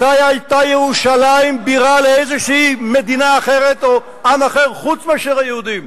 מתי היתה ירושלים בירה לאיזושהי מדינה אחרת או עם אחר חוץ מאשר היהודים?